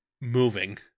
moving